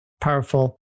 powerful